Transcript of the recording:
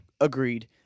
Agreed